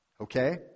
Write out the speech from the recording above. Okay